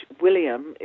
William